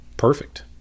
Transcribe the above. perfect